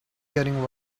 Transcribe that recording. getting